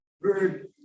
bird